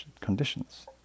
conditions